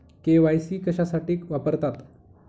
KYC कशासाठी वापरतात?